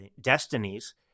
destinies